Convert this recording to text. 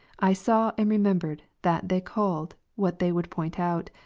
i saw and remembered that they called what they would point out,